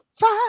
Five